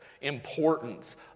importance